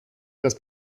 das